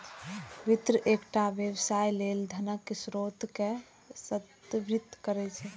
वित्त एकटा व्यवसाय लेल धनक स्रोत कें संदर्भित करै छै